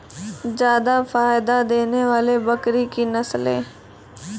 जादा फायदा देने वाले बकरी की नसले?